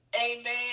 Amen